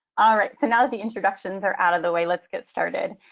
all right, so now that the introductions are out of the way, let's get started.